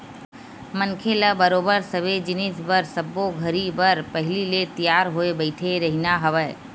मनखे ल बरोबर सबे जिनिस बर सब्बो घरी बर पहिली ले तियार होय बइठे रहिना हवय